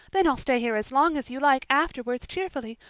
then i'll stay here as long as you like afterwards cheerfully.